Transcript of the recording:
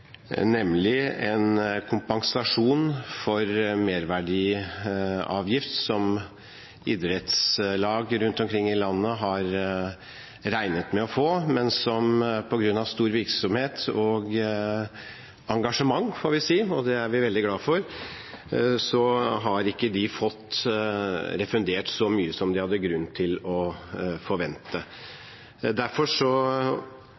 for merverdiavgift som idrettslag rundt omkring i landet hadde regnet med å få. På grunn av stor virksomhet og sterkt engasjement, får vi si – og det er vi veldig glad for – har de ikke fått refundert så mye som de hadde grunn til å